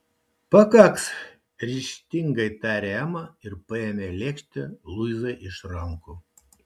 pakaks ryžtingai tarė ema ir paėmė lėkštę luizai iš rankų